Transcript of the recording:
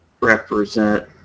represent